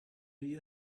you